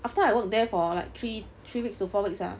after I work there for like three three weeks to four weeks ah